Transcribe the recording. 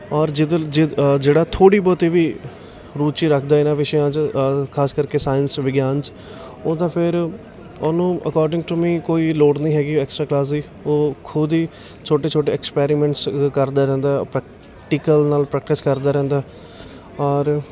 ਔਰ ਜਦੋਂ ਜਿਦ ਜਿਹੜਾ ਥੋੜ੍ਹੀ ਬਹੁਤੀ ਵੀ ਰੁਚੀ ਰੱਖਦਾ ਹੈ ਇਹਨਾਂ ਵਿਸ਼ਿਆਂ 'ਚ ਖਾਸ ਕਰਕੇ ਸਾਇੰਸ ਵਿਗਿਆਨ 'ਚ ਉਹ ਤਾਂ ਫਿਰ ਉਹਨੂੰ ਅਕੋਰਡਿੰਗ ਟੂ ਮੀ ਕੋਈ ਲੋੜ ਨਹੀਂ ਹੈਗੀ ਐਕਸਟਰਾ ਕਲਾਸ ਦੀ ਉਹ ਖੁਦ ਹੀ ਛੋਟੇ ਛੋਟੇ ਐਕਸਪੈਰੀਮੈਂਟਸ ਕਰਦਾ ਰਹਿੰਦਾ ਪ੍ਰੈਕਟੀਕਲ ਨਾਲ ਪ੍ਰੈਕਟਿਸ ਕਰਦਾ ਰਹਿੰਦਾ ਔਰ